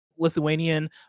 Lithuanian